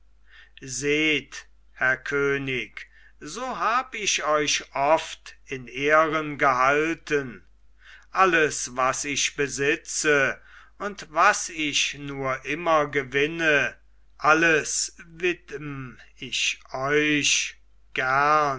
seht herr könig so hab ich euch oft in ehren gehalten alles was ich besitze und was ich nur immer gewinne alles widm ich euch gern